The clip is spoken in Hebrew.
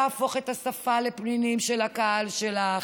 להפוך את השפה לפנינים של הקהל שלך,